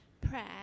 Prayer